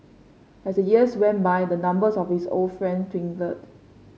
as the years went by the numbers of his old friends dwindled